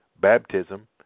baptism